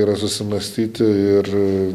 yra susimąstyti ir